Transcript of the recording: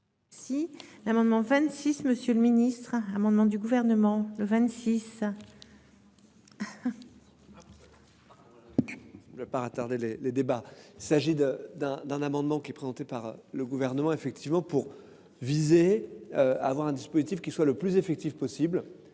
Si l'amendement 26 monsieur le ministre. Un amendement du gouvernement le 26. Le par les, les débats s'agit de d'un d'un amendement qui est présenté par le gouvernement, effectivement, pour viser. Avoir un dispositif qui soit le plus effective possible